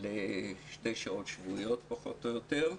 לשתי שעות שבועיות, פחות או יותר.